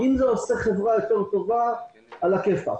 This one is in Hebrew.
אם זה עושה חברה יותר טובה עלא כיפאק.